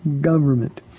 government